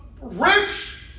rich